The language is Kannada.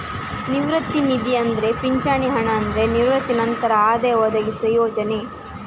ನಿವೃತ್ತಿ ನಿಧಿ ಅಂದ್ರೆ ಪಿಂಚಣಿ ಹಣ ಅಂದ್ರೆ ನಿವೃತ್ತಿ ನಂತರ ಆದಾಯ ಒದಗಿಸುವ ಯೋಜನೆ